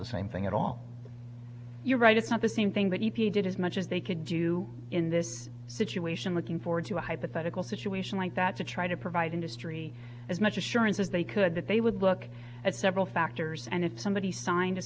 the same thing at all you're right it's not the same thing that e p a did as much as they could do in this situation looking forward to a hypothetical situation like that to try to provide industry as much as surance that they could that they would look at several factors and it somebody signed a